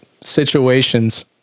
situations